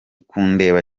kundeba